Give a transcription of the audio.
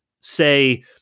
say